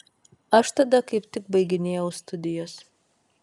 aš tada kaip tik baiginėjau studijas